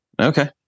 Okay